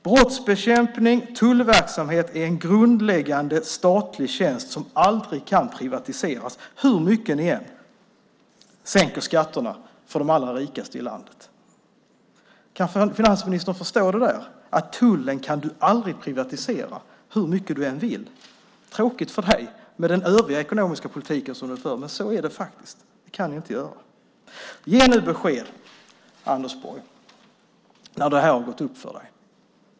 Brottsbekämpning och tullverksamhet är en grundläggande statlig tjänst som aldrig kan privatiseras hur mycket ni än sänker skatterna för de allra rikaste i landet. Kan finansministern förstå att tullen aldrig kan privatiseras hur mycket han än vill? Det är tråkigt för honom med den övriga ekonomiska politiken han för, men så är det faktiskt. Det kan inte göras. Ge nu besked, Anders Borg, när detta har gått upp för dig.